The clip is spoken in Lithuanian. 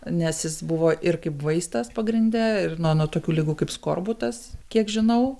nes jis buvo ir kaip vaistas pagrinde ir nuo nuo tokių ligų kaip skorbutas kiek žinau